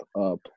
up